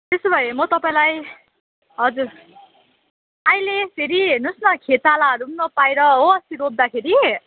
त्यसो भए म तपाईँलाई हजुर अहिले फेरि हेर्नु होस् न खेतालाहरू नपाएर हो अस्ति रोप्दाखेरि